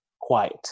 quiet